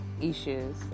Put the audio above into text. issues